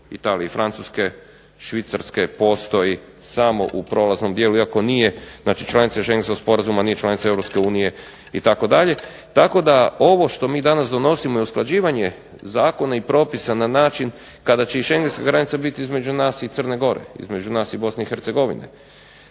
Italije i Francuske, Švicarske postoji samo u prolaznom dijelu iako nije znači članica Schengenskom sporazuma, nije članica Europske unije itd. Tako da ovo što mi danas donosimo je usklađivanje zakona i propisa na način kada će i Schengenska granica biti između nas i Crne Gore, između nas i Bosne i Hercegovine,